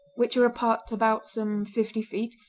which are apart about some fifty feet,